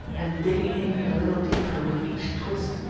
and digging in a little deeper with each twist,